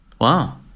Wow